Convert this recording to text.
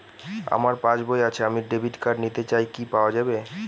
আমার পাসবই আছে আমি ডেবিট কার্ড নিতে চাই পাওয়া যাবে কি?